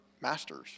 masters